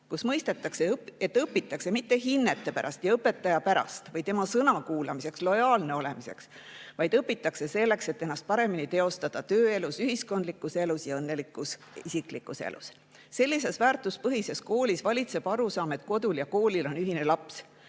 kus mõistetakse, et õpitakse mitte hinnete pärast ja õpetaja pärast või tema sõna kuulamiseks, lojaalne olemiseks, vaid õpitakse selleks, et ennast paremini teostada tööelus, ühiskondlikus elus ja õnnelikus isiklikus elus. Sellises väärtuspõhises koolis valitseb arusaam, et kodul ja koolil on ühine laps.